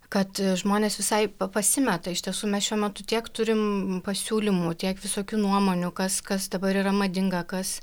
kad žmonės visai pa pasimeta iš tiesų mes šiuo metu tiek turim pasiūlymų tiek visokių nuomonių kas kas dabar yra madinga kas